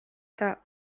eta